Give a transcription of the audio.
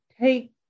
take